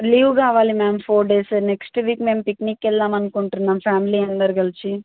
leave కావాలి ma'am four days next week మేము పిక్నిక్కి వెళ్దాం అనుకుంటున్నాం ఫ్యామిలీ అందరు కలిసి